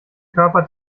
körper